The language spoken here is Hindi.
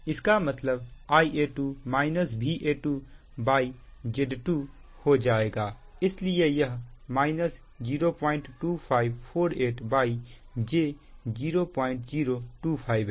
इसका मतलब Ia2 Va2Z2 हो जाएगा इसलिए यह 02548j0025 है